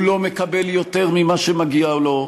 הוא לא מקבל יותר ממה שמגיע לו,